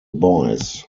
boys